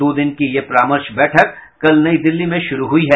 दो दिन की यह परामर्श बैठक कल नई दिल्ली में शुरू हुई है